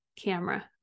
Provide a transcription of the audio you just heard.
camera